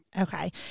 Okay